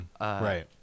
right